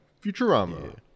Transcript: Futurama